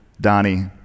Donnie